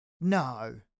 no